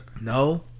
No